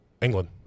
England